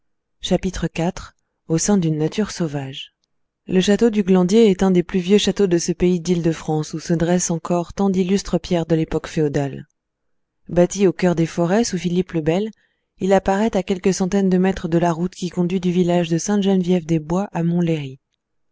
le château du glandier est un des plus vieux châteaux de ce pays dîle de france où se dressent encore tant d'illustres pierres de l'époque féodale bâti au cœur des forêts sous philippe le bel il apparaît à quelques centaines de mètres de la route qui conduit du village de saintegeneviève des bois à montlhéry